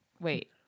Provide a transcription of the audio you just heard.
Wait